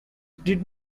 did